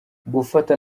gufata